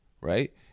right